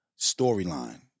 storyline